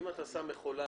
אם אתה שם מכולה,